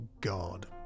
God